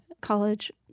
College